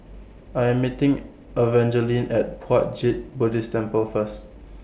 I'm meeting Evangeline At Puat Jit Buddhist Temple First